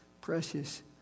precious